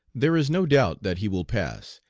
there is no doubt that he will pass,